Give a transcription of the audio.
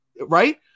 right